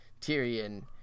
Tyrion